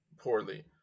poorly